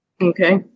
Okay